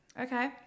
Okay